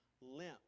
limp